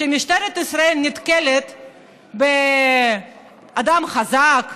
כשמשטרת ישראל נתקלת באדם חזק,